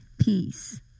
peace